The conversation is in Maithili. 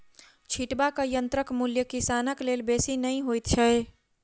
छिटबाक यंत्रक मूल्य किसानक लेल बेसी नै होइत छै